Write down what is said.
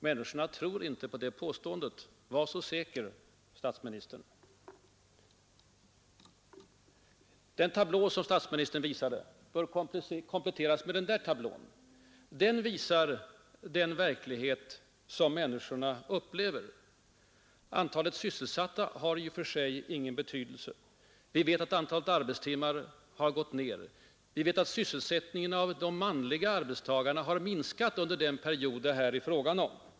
Människorna tror inte på det påståendet, var så säker, statsministern! Den tablå som statsministern nyss visade bör kompletteras med ytterligare en tablå, som visar den verklighet människorna upplever. Antalet sysselsatta har i och för sig ingen betydelse, utan antalet arbetslösa. Vi vet att antalet arbetstimmar har gått ned. Vi vet att sysselsättningen bland de manliga arbetstagarna har minskat under den period det här är fråga om.